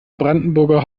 brandenburger